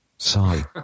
Sigh